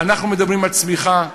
אנחנו מדברים על צמיחה,